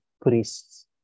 priests